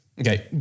Okay